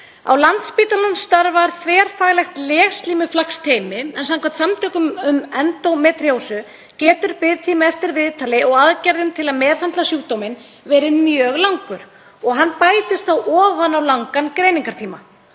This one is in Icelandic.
Á Landspítalanum starfar þverfaglegt legslímuflakksteymi en samkvæmt Samtökum um endómetríósu getur biðtími eftir viðtali og aðgerðum til að meðhöndla sjúkdóminn verið mjög langur og hann bætist þá ofan á langan greiningartíma.